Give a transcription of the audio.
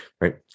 right